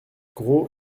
gros